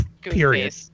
Period